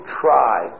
try